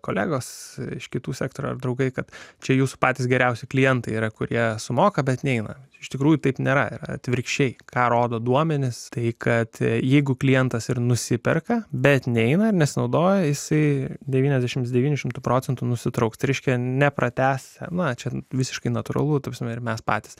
kolegos iš kitų sektorių ar draugai kad čia jūs patys geriausi klientai yra kurie sumoka bet neina iš tikrųjų taip nėra ir atvirkščiai ką rodo duomenys tai kad jeigu klientas ir nusiperka bet neina nes naudojasi devyniasdešimt devyniasdešimt tų procentų nusitrauks reiškia nepratęs na čia visiškai natūralu ta prasme ir mes patys